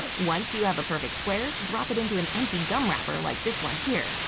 once you have a perfect square drop it into an empty gum wrapper like this one here.